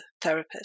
therapist